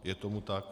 Je tomu tak.